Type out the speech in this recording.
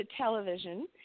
television